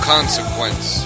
Consequence